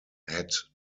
had